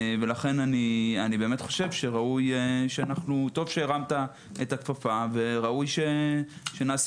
לכן אני באמת חושב שטוב שהרמת את הכפפה וראוי שנעשה